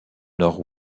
nord